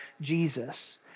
Jesus